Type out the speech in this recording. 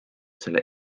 selle